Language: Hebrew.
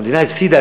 המדינה הפסידה,